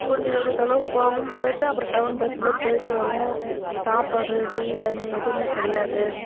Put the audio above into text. கொஞ்சம் வெகு தொலைவு போவோம் போய்விட்டு அப்புறம் டவுன் பஸ்சிலே போய்விட்டு வருவோம் சாப்பாடு டீ தண்ணி எதுவுமே கிடையாது